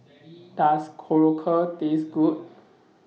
Does Korokke Taste Good